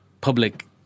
public